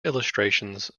illustrations